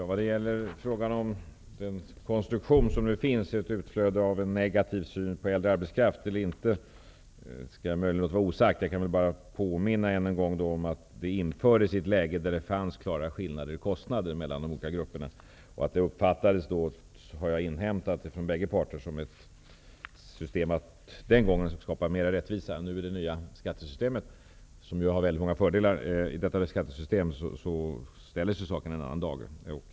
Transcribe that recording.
Herr talman! Huruvida den konstruktion som nu finns är ett utflöde av en negativ syn på äldre arbetskraft eller inte skall jag låta vara osagt. Jag vill än en gång påminna om att den infördes i ett läge där det fanns klara skillnader i kostnader mellan de olika grupperna. Jag har inhämtat från bägge parter att det då uppfattades som ett system att skapa mer rättvisa. I det nya skattesystemet, som ju har väldigt många fördelar, ställer sig saken i en annan dager.